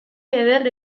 eder